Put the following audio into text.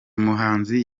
muhanzi